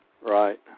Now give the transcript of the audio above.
Right